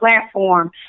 platform